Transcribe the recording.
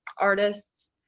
artists